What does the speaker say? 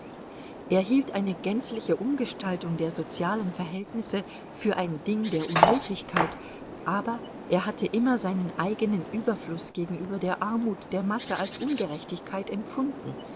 er hielt eine gänzliche umgestaltung der sozialen verhältnisse für ein ding der unmöglichkeit aber er hatte immer seinen eigenen überfluß gegenüber der armut der masse als ungerechtigkeit empfunden